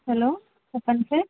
hello చెప్పండి sir